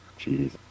Jeez